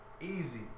Easy